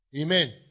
Amen